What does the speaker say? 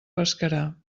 pescarà